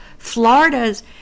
Florida's